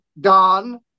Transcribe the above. Don